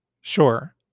Sure